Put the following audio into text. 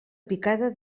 picada